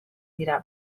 dira